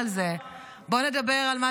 בוא נדבר על זה.